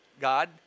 God